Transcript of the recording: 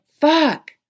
fuck